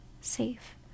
safe